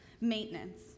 maintenance